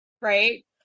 right